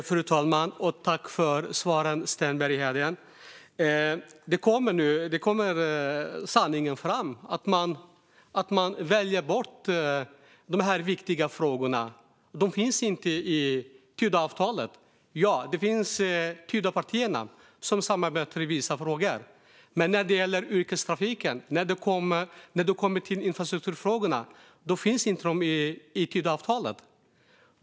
Fru talman! Nu kommer sanningen fram, att man väljer bort dessa viktiga frågor. De finns inte med i Tidöavtalet. Tidöpartierna samarbetar i vissa frågor. Men yrkestrafiken och infrastrukturfrågorna finns inte med i Tidöavtalet.